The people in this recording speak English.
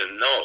No